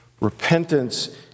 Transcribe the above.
Repentance